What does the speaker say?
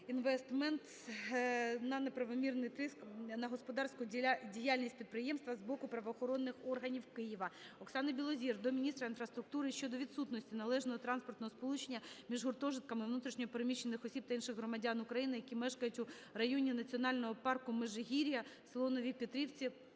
на неправомірний тиск на господарську діяльність підприємства з боку правоохоронних органів Києва. Оксани Білозір до міністра інфраструктури щодо відсутності належного транспортного сполучення між гуртожитками внутрішньо переміщених осіб та інших громадян України, які мешкають у районі Національного парку "Межигір'я" (с. Нові Петрівці)